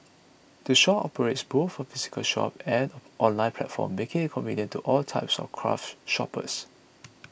the shop operates both a physical shop and an online platform making it convenient to all types of craft shoppers